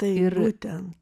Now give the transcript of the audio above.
tai būtent